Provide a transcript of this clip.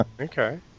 Okay